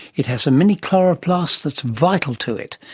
it has a mini chloroplast that's vital to it,